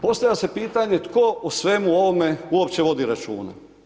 Postavlja se pitanje tko o svemu ovome uopće vodi računa.